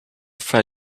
fry